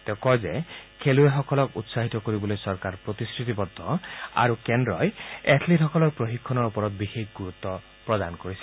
তেওঁ কয় যে খেলুৱৈসকলক উৎসাহিত কৰিবলৈ চৰকাৰ প্ৰতিশ্ৰতিবদ্ধ আৰু কেন্দ্ৰই এথলিটসকলৰ প্ৰশিক্ষণৰ ওপৰত বিশেষ গুৰুত্ প্ৰদান কৰিছে